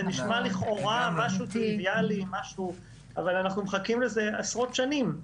אנחנו מחכים לזה עשרות שנים.